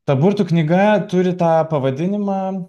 ta burtų knyga turi tą pavadinimą